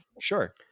Sure